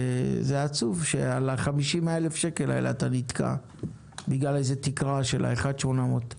עצוב שאתה נתקע בגלל 50 אלף שקל בגלל תקרה של 1.8 מיליון.